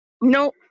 No